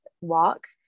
walk